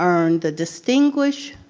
um and the distinguish.